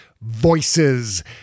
voices